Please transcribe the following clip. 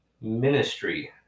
ministry